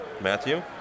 Matthew